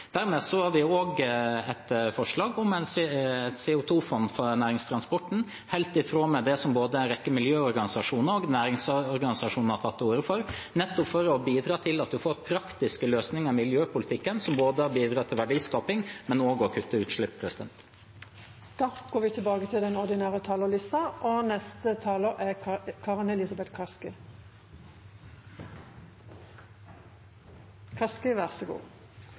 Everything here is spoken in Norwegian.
har vi også et forslag om et CO 2 -fond for næringstransporten – helt i tråd med det som både en rekke miljøorganisasjoner og næringsorganisasjoner har tatt til orde for – nettopp for å bidra til at man får praktiske løsninger i miljøpolitikken som bidrar både til verdiskaping og til å kutte utslipp.